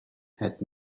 had